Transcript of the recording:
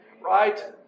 right